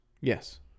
Yes